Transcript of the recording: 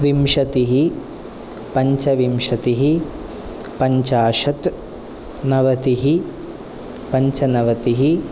विंशतिः पञ्चविंशतिः पञ्चाशत् नवतिः पञ्चनवतिः